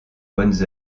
bonnes